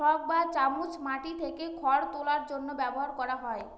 fork বা চামচ মাটি থেকে খড় তোলার জন্য ব্যবহার করা হয়